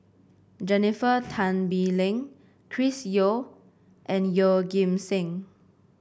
Jennifer Tan Bee Leng Chris Yeo and Yeoh Ghim Seng